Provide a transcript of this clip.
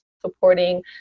supporting